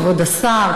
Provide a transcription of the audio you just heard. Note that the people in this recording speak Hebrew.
כבוד השר,